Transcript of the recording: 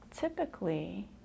Typically